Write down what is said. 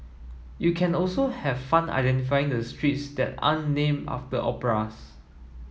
you can also have fun identifying the streets that aren't named after operas